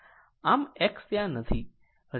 આમ X ત્યાં નથી